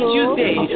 Tuesday